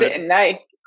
Nice